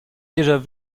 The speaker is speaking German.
déjà